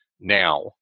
now